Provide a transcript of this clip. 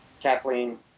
Kathleen